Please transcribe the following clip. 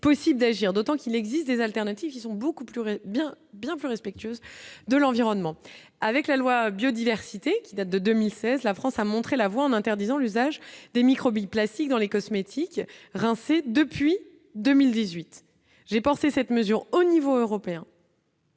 d'agir, d'autant qu'il existe des alternatives qui sont beaucoup plus réelle bien bien plus respectueuse de l'environnement avec la loi biodiversité qui date de 2016, la France a montré la voie en interdisant l'usage des micro-billes plastiques dans les cosmétiques, remplacés depuis 2018, j'ai passé cette mesure au niveau européen.